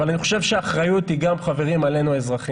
אבל חברים אני חושב שהאחריות היא גם עלינו האזרחים.